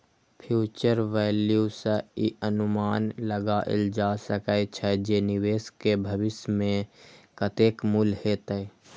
future value सं ई अनुमान लगाएल जा सकै छै, जे निवेश के भविष्य मे कतेक मूल्य हेतै